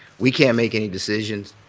we can't make any decisions.